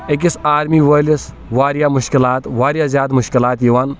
أکِس آرمی وٲلِس واریاہ مُشکِلات واریاہ زیادٕ مُشکِلات یِوَان